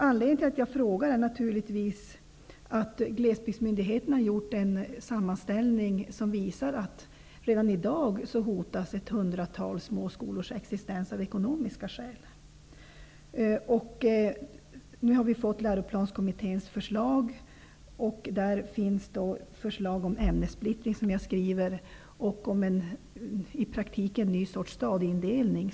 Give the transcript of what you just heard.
Anledningen till att jag ställde frågan är att Glesbygdsmyndigheten har gjort en sammanställning som visar att ett hundratal småskolors existens redan i dag hotas av ekonomiska skäl. Nu har vi fått Läroplanskommitténs förslag. Där föreslås en ämnessplittring och i praktiken en ny sorts stadieindelning.